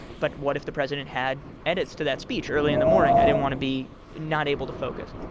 but what if the president had edits to that speech early in the morning? i didn't want to be not able to focus.